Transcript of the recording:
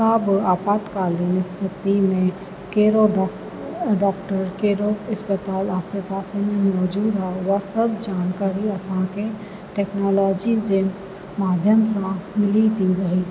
का बि आपातकालीन स्थिती में कहिड़ो डॉ डॉक्टर कहिड़ो अस्पताल आसे पासे में मौजूदु आहे उहा सभु जानकारी असांखे टेक्नोलॉजी जे माध्यम सां मिली थी रहे